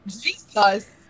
Jesus